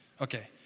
Okay